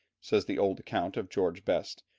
says the old account of george best,